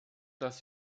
dass